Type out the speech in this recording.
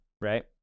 right